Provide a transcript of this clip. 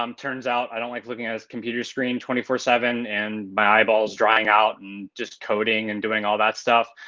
um turns out i don't like looking at this computer screen twenty four seven and my eyeballs drying out and just coding and doing all that stuff.